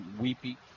weepy